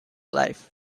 life